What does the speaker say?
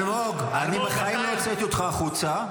אלמוג, אני בחיים לא הוצאתי אותך החוצה.